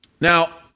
Now